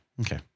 Okay